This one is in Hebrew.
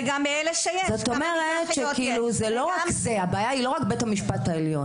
זאת אומרת שהבעיה היא לא רק בית המשפט העליון,